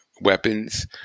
weapons